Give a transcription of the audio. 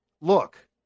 look